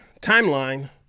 Timeline